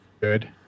good